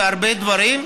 בהרבה דברים,